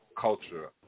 culture